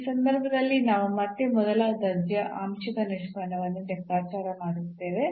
ಈ ಸಂದರ್ಭದಲ್ಲಿ ನಾವು ಮತ್ತೆ ಮೊದಲ ದರ್ಜೆಯ ಆಂಶಿಕ ನಿಷ್ಪನ್ನವನ್ನು ಲೆಕ್ಕಾಚಾರ ಮಾಡುತ್ತೇವೆ